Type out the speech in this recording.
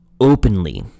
openly